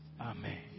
Amen